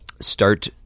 Start